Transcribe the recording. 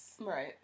Right